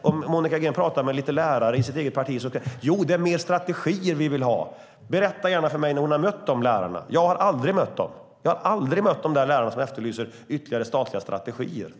Om Monica Green pratar med några lärare i sitt eget parti och de säger att det är mer strategier de vill ha, berätta gärna för mig när hon har mött de lärarna. Jag har aldrig mött dem. Jag har aldrig mött de där lärarna som efterlyser ytterligare statliga strategier.